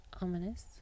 Ominous